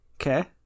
Okay